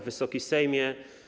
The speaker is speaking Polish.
Wysoki Sejmie!